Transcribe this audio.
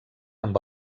amb